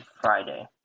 Friday